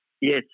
yes